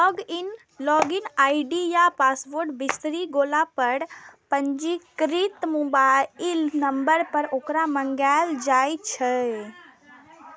log in ID या password बिसरि गेला पर पंजीकृत मोबाइल नंबर पर ओकरा मंगाएल जा सकैए